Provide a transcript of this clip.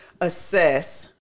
assess